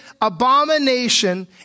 abomination